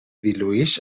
dilueix